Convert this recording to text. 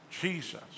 Jesus